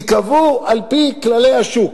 ייקבעו על-פי כללי השוק.